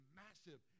massive